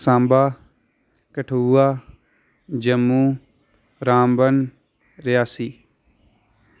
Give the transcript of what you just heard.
Samba Kathua Jammu Ramban Reasi